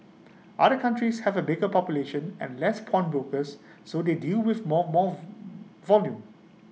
other countries have A bigger population and less pawnbrokers so they deal with more more volume